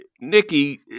Nikki